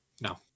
no